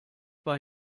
bei